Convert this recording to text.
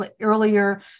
earlier